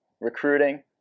recruiting